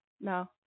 no